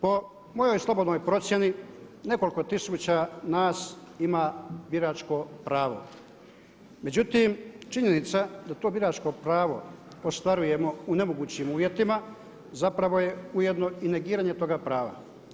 Po mojoj slobodnoj procjeni nekoliko tisuća nas ima biračko pravo, međutim činjenica da to biračko pravo ostvarujemo u nemogućim uvjetima zapravo je ujedno i negiranje toga prava.